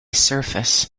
surface